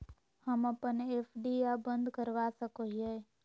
हम अप्पन एफ.डी आ बंद करवा सको हियै